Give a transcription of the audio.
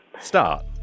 Start